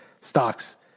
stocks